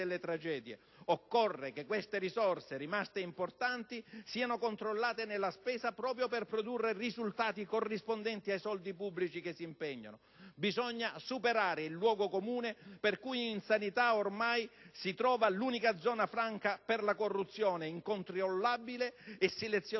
Occorre che queste risorse, rimaste importanti, siano controllate nella spesa proprio per produrre risultati corrispondenti ai soldi pubblici che si impegnano. Bisogna superare il luogo comune per cui in sanità ormai si trova l'unica zona franca per la corruzione incontrollabile e silenziosamente